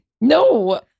No